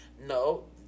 No